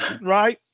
Right